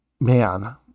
Man